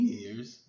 Year's